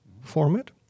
format